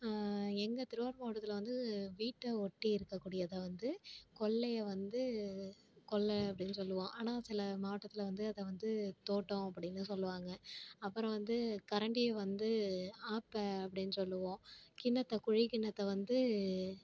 எங்கள் திருவாரூர் மாவட்டத்தில் வந்து வீட்டை ஒட்டி இருக்க கூடியதா வந்து கொள்ளைய வந்து கொள்ள அப்படினு சொல்வோம் ஆனால் சில மாவட்டத்தில் வந்து அதை வந்து தோட்டம் அப்படினு சொல்லுவாங்கள் அப்புறம் வந்து கரண்டிய வந்து ஆப்ப அப்படினு சொல்வோம் கிண்ணத்தை குழி கிண்ணத்தை வந்து